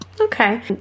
Okay